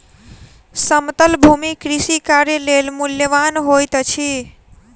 समतल भूमि कृषि कार्य लेल मूल्यवान होइत अछि